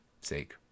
sake